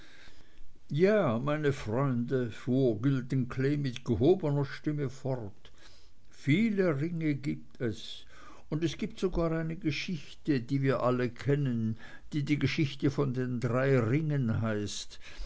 ja meine freunde fuhr güldenklee mit gehobener stimme fort viele ringe gibt es und es gibt sogar eine geschichte die wir alle kennen die die geschichte von den drei ringen heißt